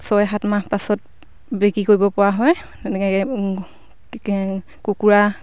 ছয় সাত মাহ পাছত বিক্ৰী কৰিবপৰা হয় তেনেকুৱাকৈ গতিকে কুকুৰা